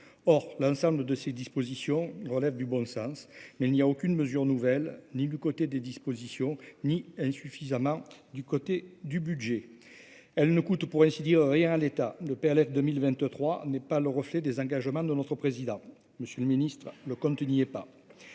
or l'ensemble de ces dispositions relèvent du bon sens, mais il n'y a aucune mesure nouvelle, ni du côté des dispositions ni insuffisamment du côté du budget : elles ne coûtent pour ainsi dire rien à l'État le PLF 2023 n'est pas le reflet des engagements de notre président, Monsieur le Ministre, le compte n'y est